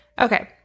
Okay